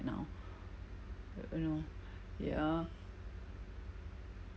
now you know ya